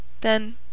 Then